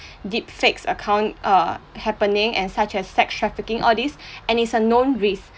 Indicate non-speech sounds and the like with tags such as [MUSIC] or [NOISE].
deepfakes account are happening and such as sex trafficking all this [BREATH] and it's a known risk